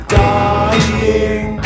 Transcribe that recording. dying